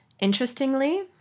Interestingly